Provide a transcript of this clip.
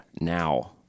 now